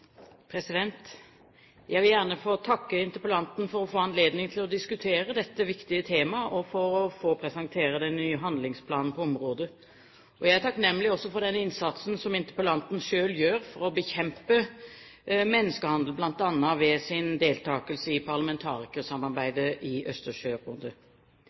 Jeg vil gjerne få takke interpellanten for å få anledning til å diskutere dette viktige temaet og for å presentere den nye handlingsplanen på området. Jeg er også takknemlig for den innsatsen som interpellanten selv gjør for å bekjempe menneskehandel, bl.a. ved sin deltagelse i